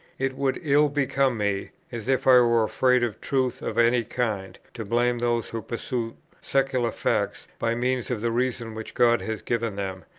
it would ill become me, as if i were afraid of truth of any kind, to blame those who pursue secular facts, by means of the reason which god has given them,